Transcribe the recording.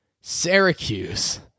Syracuse